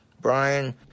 Brian